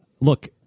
look